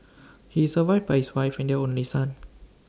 he is survived by his wife and their only son